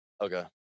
Okay